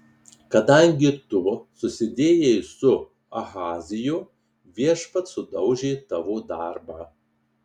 kadangi tu susidėjai su ahaziju viešpats sudaužė tavo darbą